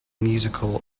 musical